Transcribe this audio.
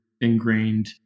ingrained